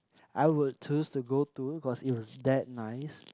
I would choose to go to cause it was that nice